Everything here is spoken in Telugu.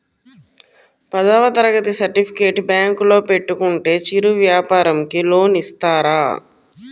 పదవ తరగతి సర్టిఫికేట్ బ్యాంకులో పెట్టుకుంటే చిరు వ్యాపారంకి లోన్ ఇస్తారా?